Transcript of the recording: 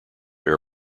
air